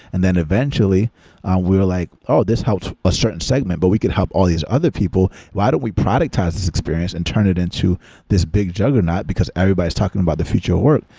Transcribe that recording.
and then eventually we're like, oh! this is a certain segment, but we could help all these other people. why don't we productize this experience and turn it into this big juggernaut, because everybody is talking about the future of work,